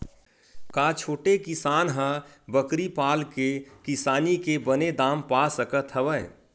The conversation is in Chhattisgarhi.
का छोटे किसान ह बकरी पाल के किसानी के बने दाम पा सकत हवय?